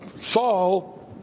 Saul